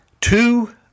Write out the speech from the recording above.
two